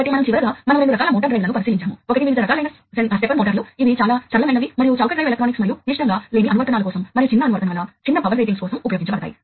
కాబట్టి ఇవన్నీ స్థానిక నియంత్రికలోని డిజిటల్ ఎలక్ట్రానిక్స్ ఉపయోగించి డిజిటల్ గా చేయబడతాయి